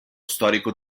storico